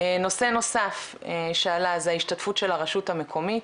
נושא נוסף שעלה, זה ההשתתפות של הרשות המקומית,